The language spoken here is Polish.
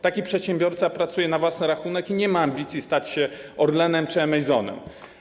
Taki przedsiębiorca pracuje na własny rachunek i nie ma ambicji stać się Orlenem czy Amazonem.